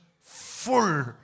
full